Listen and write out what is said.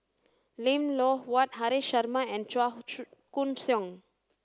Lim Loh Huat Haresh Sharma and Chua Koon Siong